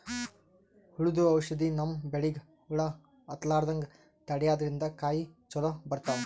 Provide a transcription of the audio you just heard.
ಹುಳ್ದು ಔಷಧ್ ನಮ್ಮ್ ಬೆಳಿಗ್ ಹುಳಾ ಹತ್ತಲ್ಲ್ರದಂಗ್ ತಡ್ಯಾದ್ರಿನ್ದ ಕಾಯಿ ಚೊಲೋ ಬರ್ತಾವ್